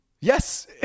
yes